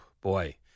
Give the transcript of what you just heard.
boy